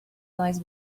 lies